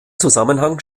zusammenhang